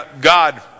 God